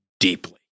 Deeply